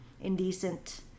Indecent